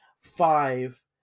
five